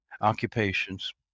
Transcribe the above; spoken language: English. occupations